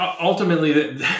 ultimately